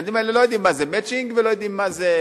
הילדים האלה לא יודעים מה זה "מצ'ינג" ולא יודעים מה זה,